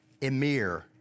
Emir